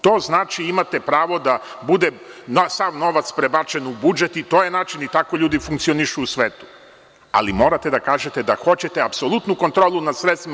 To znači da imate pravo da sav novac bude prebačen u budžet, i to je način i tako ljudi funkcionišu u svetu, ali morate da kažete da hoćete apsolutnu političku kontrolu nad sredstvima.